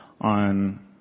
on